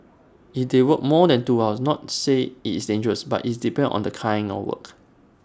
if they work more than two hours not say it's dangerous but is depends on the kind of work